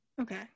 Okay